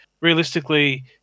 realistically